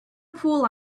pool